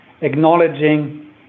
acknowledging